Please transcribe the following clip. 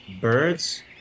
birds